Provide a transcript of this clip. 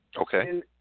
Okay